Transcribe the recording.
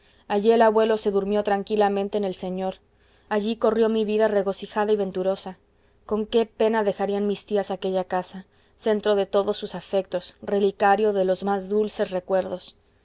allí el abuelo se durmió tranquilamente en el señor allí corrió mi vida regocijada y venturosa con qué pena dejarían mis tías aquella casa centro de todos sus afectos relicario de los más dulces recuerdos